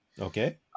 okay